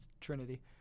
trinity